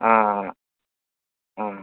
ആ ആ